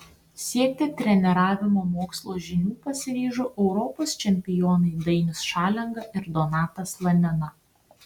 siekti treniravimo mokslo žinių pasiryžo europos čempionai dainius šalenga ir donatas slanina